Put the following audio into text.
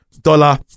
dollar